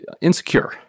insecure